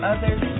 Others